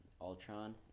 Ultron